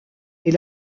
est